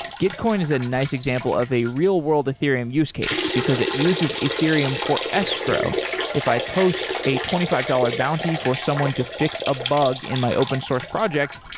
gitcoin is a nice example of a real world ethereum use case because it uses ethereum for escrow if i post a twenty five dollars bounty for someone to fix a bug in my open source project,